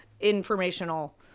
informational